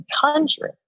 country